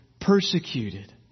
persecuted